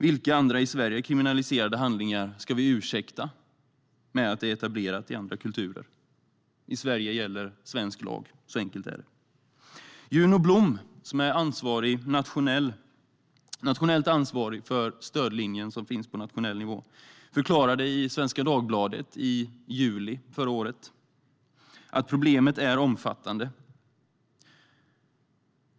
Vilka andra i Sverige kriminaliserade handlingar ska vi ursäkta med att de är etablerade i andra kulturer? I Sverige gäller svensk lag; så enkelt är det. Juno Blom, som är ansvarig för den stödlinje som finns på nationell nivå, förklarade i Svenska Dagbladet i juli förra året att problemet är omfattande.